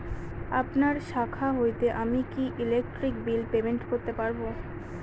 আপনার শাখা হইতে আমি কি ইলেকট্রিক বিল পেমেন্ট করতে পারব?